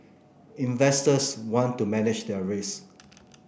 investors want to manage their risk